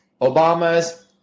Obamas